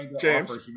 James